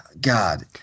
God